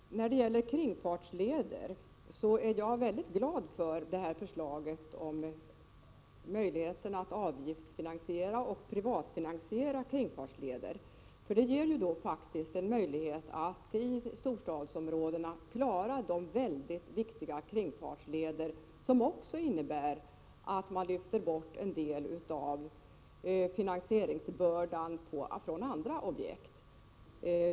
När det gäller kringfartslederna är jag väldigt glad över förslaget om att avgiftsfinansiera och privatfinansiera dessa. Därmed blir det möjligt att klara de väldigt viktiga kringfartslederna i storstadsområdena. Då lyfter man också bort en del av finansieringsbördan från andra objekt.